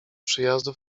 przyjazdu